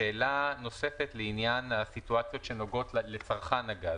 שאלה נוספת לעניין הסיטואציות שנוגעות לצרכן הגז.